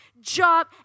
job